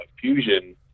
Fusion